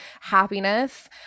Happiness